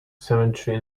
cemetery